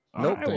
Nope